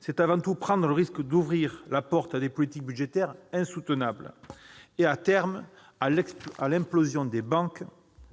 c'est avant tout prendre le risque d'ouvrir la porte à des politiques budgétaires insoutenables et, à terme, à l'implosion des banques,